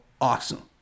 awesome